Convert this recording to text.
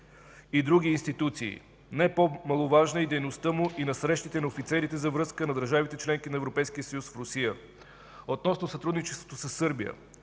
и други институции. Не по-маловажна е дейността му и на срещите на офицерите за връзка на държавите – членки на Европейския съюз в Русия. Относно сътрудничеството със Сърбия.